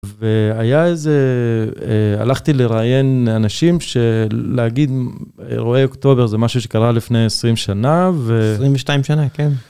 והיה איזה, הלכתי לראיין אנשים שלהגיד אירועי אוקטובר זה משהו שקרה לפני עשרים שנה. עשרים ושתיים שנה, כן.